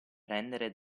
prendere